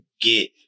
get